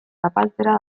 zapaltzera